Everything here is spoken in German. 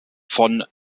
von